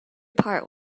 part